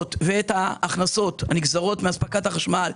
ההוצאות ואת ההכנסות הנגזרות מאספקת החשמל,